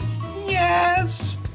Yes